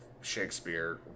Shakespeare